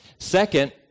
second